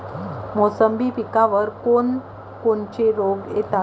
मोसंबी पिकावर कोन कोनचे रोग येतात?